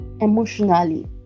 emotionally